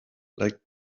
like